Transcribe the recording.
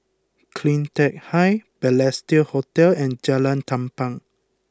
Cleantech Height Balestier Hotel and Jalan Tampang